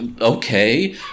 okay